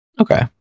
Okay